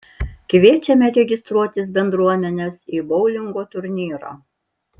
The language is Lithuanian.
kviečiame registruotis bendruomenes į boulingo turnyrą